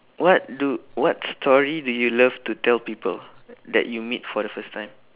what do what story do you love to tell people that you meet for the first time